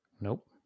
Nope